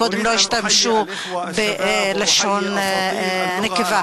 קודם לא השתמשו בלשון נקבה.